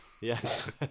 Yes